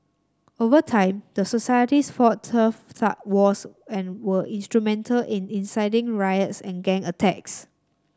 over time the societies fought turf wars and were instrumental in inciting riots and gang attacks